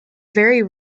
very